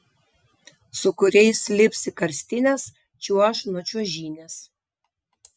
su kuriais lips į karstines čiuoš nuo čiuožynės